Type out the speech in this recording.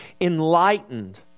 enlightened